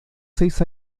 seis